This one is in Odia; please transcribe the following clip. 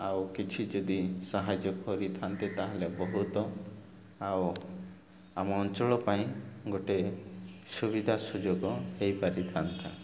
ଆଉ କିଛି ଯଦି ସାହାଯ୍ୟ କରିଥାନ୍ତେ ତାହେଲେ ବହୁତ ଆଉ ଆମ ଅଞ୍ଚଳ ପାଇଁ ଗୋଟେ ସୁବିଧା ସୁଯୋଗ ହେଇପାରିଥାନ୍ତା